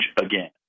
again